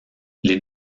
les